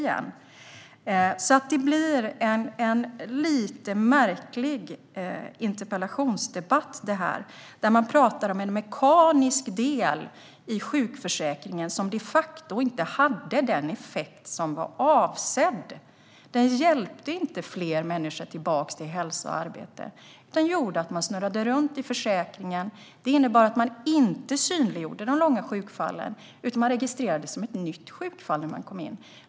Det är alltså en lite märklig interpellationsdebatt, det här, där man talar om en mekanisk del i sjukförsäkringen som de facto inte hade den effekt som var avsedd. Den hjälpte inte fler människor tillbaka till hälsa och arbete. Den gjorde att de snurrade runt i försäkringen. Den innebar att de långa sjukfallen inte synliggjordes utan registrerades som nya sjukfall när de kom in.